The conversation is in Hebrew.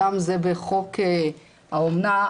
אמנם זה בחוק האומנה,